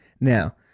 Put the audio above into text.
Now